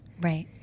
Right